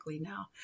now